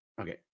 okay